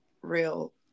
real